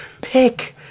pick